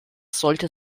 sollte